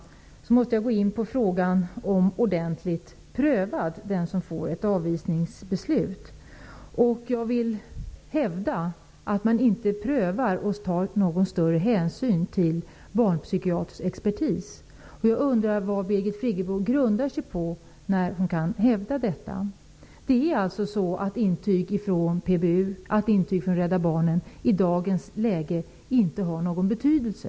Jag måste nu gå in på frågan om en ordentlig prövning av avvisningsbesluten. Jag vill hävda att man vid sådana prövningar inte tar någon större hänsyn till barnpsykiatrisk expertis. Jag undrar vad Birgit Friggebo grundar sig på när hon hävdar att så sker. Intyg från PBU och Rädda Barnen har i dagens läge inte någon betydelse.